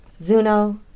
Zuno